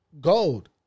gold